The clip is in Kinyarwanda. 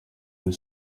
muri